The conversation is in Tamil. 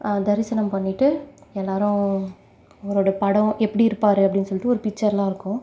தரிசனம் பண்ணிட்டு எல்லோரும் அவரோடய படம் எப்படி இருப்பார் அப்டின்னு சொல்லிட்டு ஒரு பிக்சரெலாம் இருக்கும்